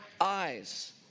eyes